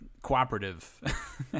cooperative